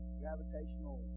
gravitational